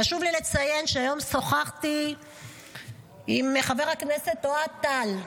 חשוב לי לציין שהיום שוחחתי עם חבר הכנסת אוהד טל.